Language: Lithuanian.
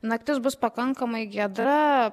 naktis bus pakankamai giedra